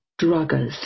druggers